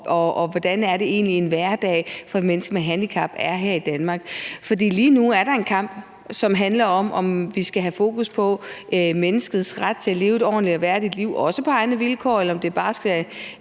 og hvordan det egentlig er, en hverdag for et menneske med handicap er her i Danmark. For lige nu er der en kamp, som handler om, om vi skal have fokus på menneskets ret til at leve et ordentligt og værdigt liv, også på egne vilkår, eller om det bare skal